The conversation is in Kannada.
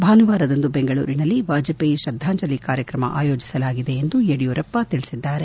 ಭಾನುವಾರದಂದು ಬೆಂಗಳೂರಿನಲ್ಲಿ ವಾಜಪೇಯ ಶ್ರದ್ದಾಂಜಲಿ ಕಾರ್ಯಕ್ರಮ ಆಯೋಜಿಸಲಾಗಿದೆ ಎಂದು ಯಡಿಯೂರಪ್ಪ ತಿಳಿಸಿದ್ದಾರೆ